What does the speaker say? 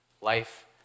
life